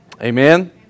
Amen